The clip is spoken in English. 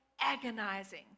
agonizing